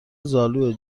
زالوئه